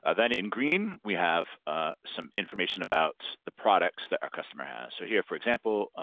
ah then in green we have some information about the products that our customer has. so here, for example,